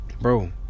bro